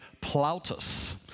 Plautus